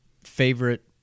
favorite